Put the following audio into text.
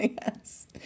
Yes